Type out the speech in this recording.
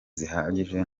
zihagije